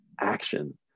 action